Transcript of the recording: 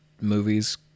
movies